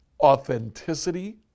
Authenticity